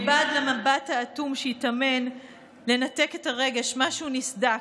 מבעד למבט האטום, שהתאמן לנתק את הרגש, משהו נסדק.